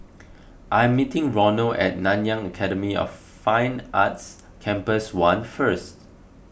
I am meeting Ronald at Nanyang Academy of Fine Arts Campus one first